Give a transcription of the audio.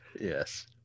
Yes